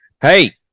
Hey